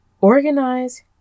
Organize